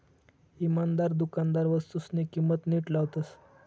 इमानदार दुकानदार वस्तूसनी किंमत नीट लावतस